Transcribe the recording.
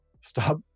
stop